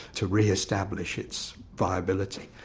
to re-establish its viability.